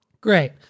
Great